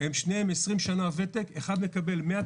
שניהם עם ותק של 20 שנה,